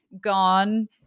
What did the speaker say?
gone